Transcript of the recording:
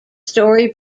story